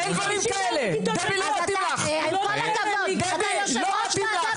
אין דברים כאלה -- אתה יושב ראש ועדה,